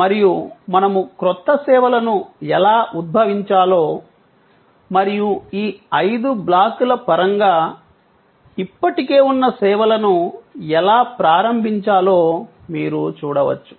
మరియు మనము క్రొత్త సేవలను ఎలా ఉద్భవించాలో మరియు ఈ ఐదు బ్లాక్ల పరంగా ఇప్పటికే ఉన్న సేవలను ఎలా ప్రారంభించాలో మీరు చూడవచ్చు